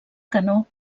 canó